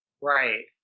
Right